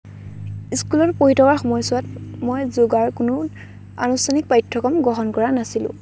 স্কুলত পঢ়ি থকাৰ সময়ছোৱাৰ মই যোগৰ কোনো আনুষ্ঠানিক পাঠ্যক্ৰম গ্ৰহণ কৰা নাছিলোঁ